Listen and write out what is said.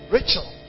Rachel